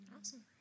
Awesome